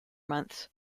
months